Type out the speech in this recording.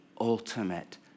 ultimate